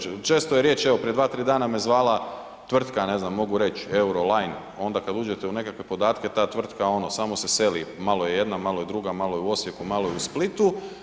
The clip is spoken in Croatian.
Često je riječ evo, prije 2, 3 dana me zvala tvrtka, ne znam mogu reći Euroline, onda kada uđete u nekakve podatke ta tvrtka samo se seli malo je jedna, malo druga, malo je u Osijeku, malo je u Splitu.